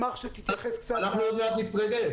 אנחנו עוד מעט ניפגש.